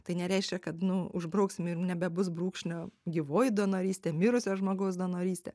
tai nereiškia kad nu užbrauksim ir nebebus brūkšnio gyvoji donorystė mirusio žmogaus donorystė